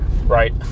right